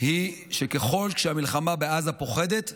היא שככל כשהמלחמה בעזה פוחתת,